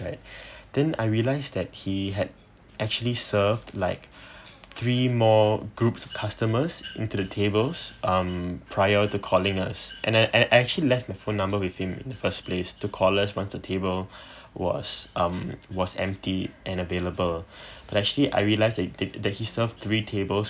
right then I realised that he had actually served like three more groups customers into the tables um prior to calling us and I I I actually left phone numbers with him in the first place to call us once the table was um was empty and available but actually I realise they they that he serve three tables